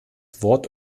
wort